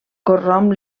corromp